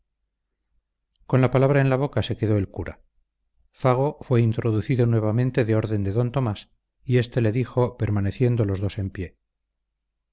con la palabra en la boca se quedó el cura fago fue introducido nuevamente de orden de d tomás y éste le dijo permaneciendo los dos en pie